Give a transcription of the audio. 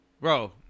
Bro